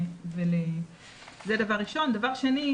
דבר שני,